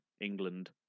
England